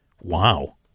Wow